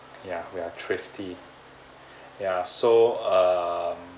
ya we are thrifty ya so um